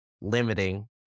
limiting